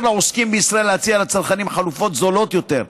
ויאפשר לעוסקים בישראל להציע לצרכנים חלופות זולות יותר,